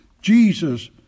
Jesus